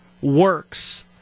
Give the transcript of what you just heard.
works